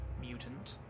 mutant